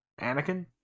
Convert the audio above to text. Anakin